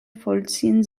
vollziehen